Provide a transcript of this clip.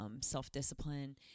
self-discipline